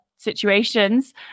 situations